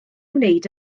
wneud